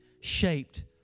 shaped